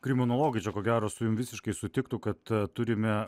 kriminologai čia ko gero su jum visiškai sutiktų kad turime